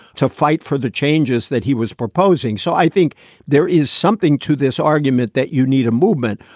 to fight for the changes that he was proposing. so i think there is something to this argument that you need a movement.